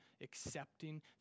accepting